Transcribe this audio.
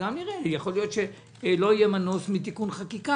יכול להיות שלא יהיה מנוס מתיקון חקיקה